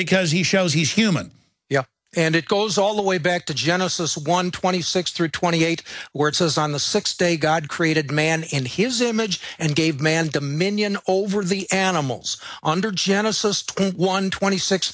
because he shows he's human and it goes all the way back to genesis one twenty six through twenty eight where it says on the sixth day god created man in his image and gave man to minyan over the animals under genesis one twenty six